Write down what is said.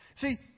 See